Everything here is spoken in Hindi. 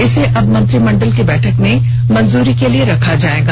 इसे अब मंत्रिमंडल की बैठक में मंजूरी के लिए रखा जाएगा